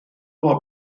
war